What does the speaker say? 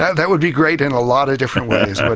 that would be great in a lot of different ways, but